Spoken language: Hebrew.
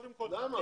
למה?